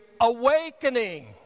awakening